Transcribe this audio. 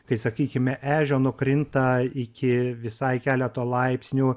kai sakykime ežio nukrinta iki visai keleto laipsnių